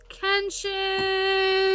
Kenshin